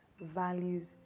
values